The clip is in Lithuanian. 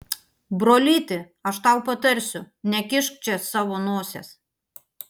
brolyti aš tau patarsiu nekišk čia savo nosies